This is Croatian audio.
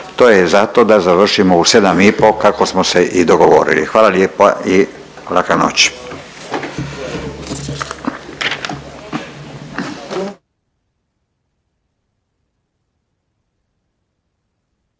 To je zato da završimo u 7 i po kako smo se i dogovorili. Hvala lijepo i laka noć.